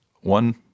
one